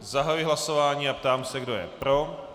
Zahajuji hlasování a ptám se, kdo je pro.